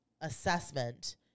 assessment